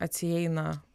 atsieina žmogui